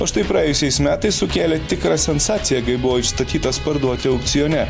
o štai praėjusiais metais sukėlė tikrą sensaciją kai buvo išstatytas parduoti aukcione